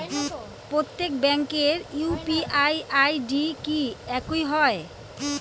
প্রত্যেক ব্যাংকের UPI ID কি একই হয়?